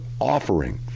offering